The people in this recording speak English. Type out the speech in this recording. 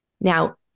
Now